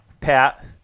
pat